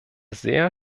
sehr